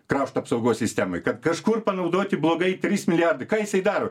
krašto apsaugos sistemoj kad kažkur panaudoti blogai trys milijardai ką jisai daro